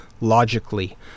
logically